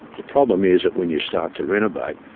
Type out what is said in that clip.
the problem is that when you start to renovate,